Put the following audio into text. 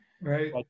Right